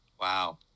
Wow